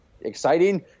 exciting